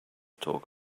talk